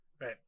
Right